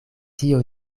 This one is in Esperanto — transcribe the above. tio